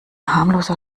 harmloser